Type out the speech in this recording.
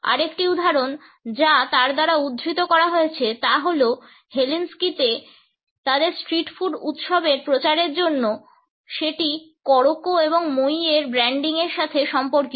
আরেকটি উদাহরণ যা তার দ্বারা উদ্ধৃত করা হয়েছে তা হল হেলসিঙ্কিতে তাদের স্ট্রিট ফুড উৎসবের প্রচারের জন্য সেটি Kokoro and Moi এর ব্র্যান্ডিংয়ের সাথে সম্পর্কিত